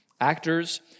Actors